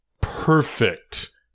perfect